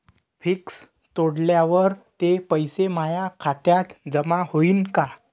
Fix तोडल्यावर ते पैसे माया खात्यात जमा होईनं का?